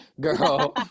girl